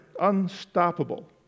unstoppable